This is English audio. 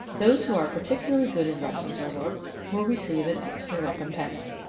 those who are particularly good in lessons or work will receive an extra recompense.